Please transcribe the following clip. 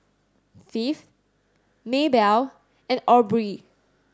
Phebe Maybelle and Aubree